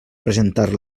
presentar